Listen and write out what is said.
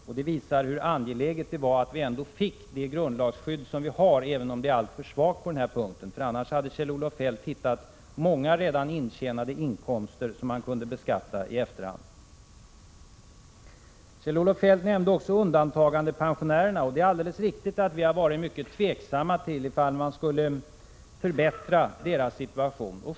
Detta visar hur angeläget det var att vi fick det grundlagsskydd som vi har, även om det är alldeles för svagt på denna punkt. Annars hade Kjell-Olof Feldt hittat på många redan intjänade inkomster som man kunde beskatta i efterhand. Kjell-Olof Feldt nämnde också undantagandepensionärerna. Det är alldeles riktigt att vi har varit tveksamma till ifall man skall förbättra deras situation.